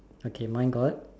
okay mine got